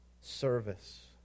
service